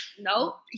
no